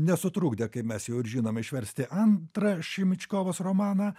nesutrukdė kaip mes jau ir žinome išversti antrą šimičkovos romaną